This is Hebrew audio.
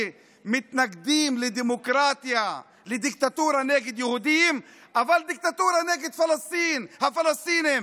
שמתנגדים לדיקטטורה ליהודים אבל לפלסטינים,